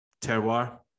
terroir